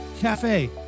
Cafe